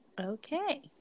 Okay